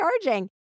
charging